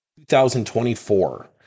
2024